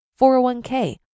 401k